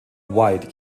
white